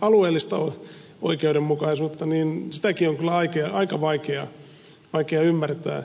alueellista oikeudenmukaisuutta niin sitäkin on kyllä aika vaikea ymmärtää